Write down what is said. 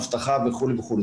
אבטחה וכו' וכו'.